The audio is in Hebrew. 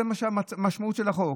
זו המשמעות של החוק,